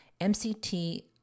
MCT